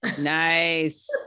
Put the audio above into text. Nice